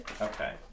Okay